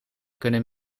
kunnen